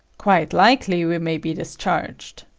quite likely we may be discharged.